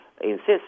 insist